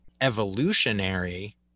evolutionary